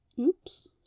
Oops